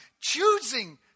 choosing